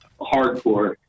hardcore